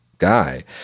Guy